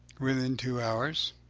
within two hours.